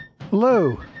Hello